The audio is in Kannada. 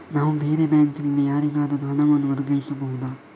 ನಾನು ಬೇರೆ ಬ್ಯಾಂಕ್ ನಿಂದ ಯಾರಿಗಾದರೂ ಹಣವನ್ನು ವರ್ಗಾಯಿಸಬಹುದ?